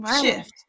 shift